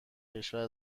کشور